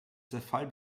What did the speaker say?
zerfall